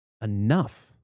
enough